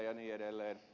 ja niin edelleen